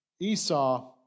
Esau